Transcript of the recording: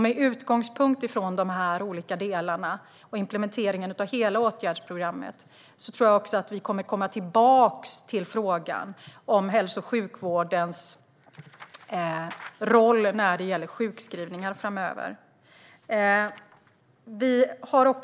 Med utgångspunkt i de här olika delarna och implementeringen av hela åtgärdsprogrammet tror jag också att vi kommer att komma tillbaka till frågan om hälso och sjukvårdens roll när det gäller sjukskrivningar framöver.